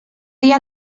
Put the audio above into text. dia